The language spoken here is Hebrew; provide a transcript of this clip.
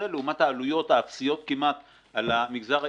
לעומת העלויות האפסיות כמעט על המגזר העסקי,